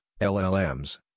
LLMs